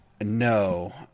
No